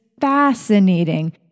fascinating